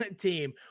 team